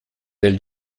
del